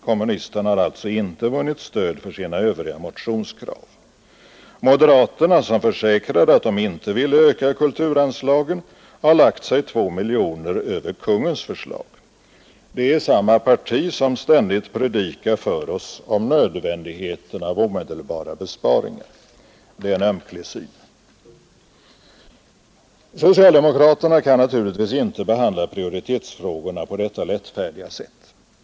Kommunisterna har alltså inte vunnit stöd för sina övriga motionskrav. Moderaterna, som försäkrade att de inte ville öka kulturanslagen, har lagt sig 2 miljoner kronor över Kungens förslag. Det är samma parti som ständigt predikar för oss om nödvändigheten av omedelbara besparingar. Det är en ömklig syn. Socialdemokraterna kan naturligtvis inte behandla prioritetsfrågorna på detta lättfärdiga sätt.